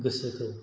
गोसोखौ